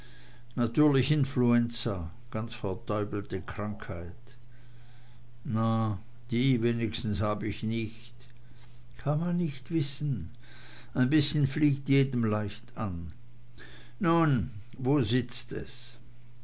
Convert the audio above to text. natürlich influenza ganz verdeubelte krankheit na die wenigstens hab ich nicht kann man nicht wissen ein bißchen fliegt jedem leicht an nun wo sitzt es